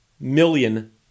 million